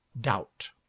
doubt